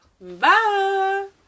Bye